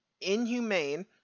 inhumane